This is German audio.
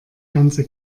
ganze